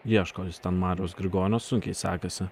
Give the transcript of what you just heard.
ieško jis ten mariaus grigonio sunkiai sekasi